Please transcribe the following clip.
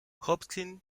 hopkins